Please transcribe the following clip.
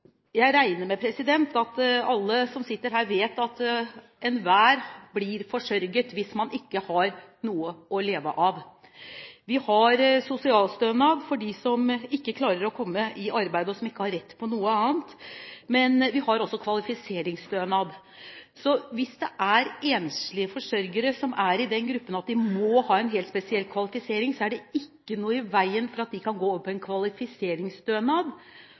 jeg regner med at alle som sitter her, vet at enhver blir forsørget hvis man ikke har noe å leve av. Vi har sosialstønad for dem som ikke klarer å komme i arbeid, og som ikke har rett på noe annet, men vi har også kvalifiseringsstønad. Hvis enslige forsørgere er i den gruppen at de må ha en helt spesiell kvalifisering, er det ikke noe i veien for at de kan gå over på en kvalifiseringsstønad